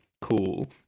cool